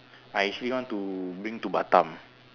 I actually want to bring to Batam